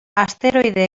asteroide